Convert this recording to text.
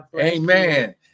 Amen